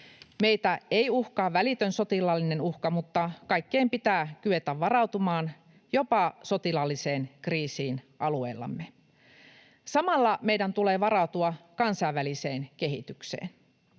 Meitä ei uhkaa välitön sotilaallinen uhka, mutta kaikkeen pitää kyetä varautumaan, jopa sotilaalliseen kriisiin alueellamme. Samalla meidän tulee varautua kansainväliseen kehitykseen.